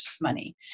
money